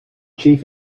chief